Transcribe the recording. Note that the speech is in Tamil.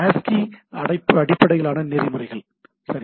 ASCII அடிப்படையிலான நெறிமுறைகள் சரி